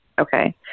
Okay